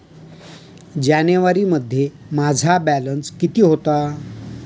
जानेवारीमध्ये माझा बॅलन्स किती होता?